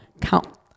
count